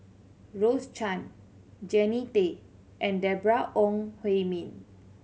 Rose Chan Jannie Tay and Deborah Ong Hui Min